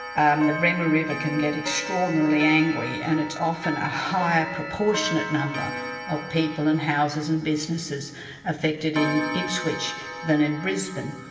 um the booma river can get extraordinarily angry, angry, and it's often a higher proportionate number of people and houses and businesses affected in ipswich than in brisbane.